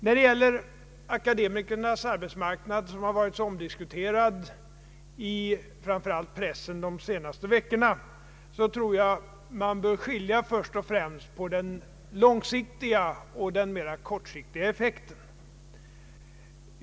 När det gäller akademikernas arbetsmarknad, som varit så omdiskuterad i framför allt pressen de senaste veckorna, tror jag att man bör skilja först och främst mellan den långsiktiga och den mera kortsiktiga effekten.